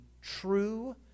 true